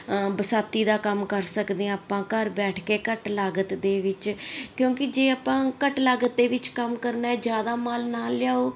ਬਸਾਤੀ ਦਾ ਕੰਮ ਕਰ ਸਕਦੇ ਹਾਂ ਆਪਾਂ ਘਰ ਬੈਠ ਕੇ ਘੱਟ ਲਾਗਤ ਦੇ ਵਿੱਚ ਕਿਉਂਕਿ ਜੇ ਆਪਾਂ ਘੱਟ ਲਾਗਤ ਦੇ ਵਿੱਚ ਕੰਮ ਕਰਨਾ ਜ਼ਿਆਦਾ ਮਾਲ ਨਾ ਲਿਆਓ